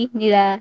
nila